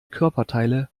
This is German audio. körperteile